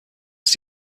ist